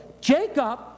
Jacob